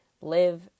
live